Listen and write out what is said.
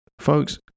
folks